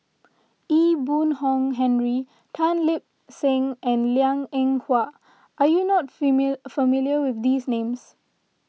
Ee Boon Kong Henry Tan Lip Seng and Liang Eng Hwa are you not familiar with these names